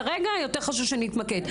כרגע יותר חשוב שנתמקד.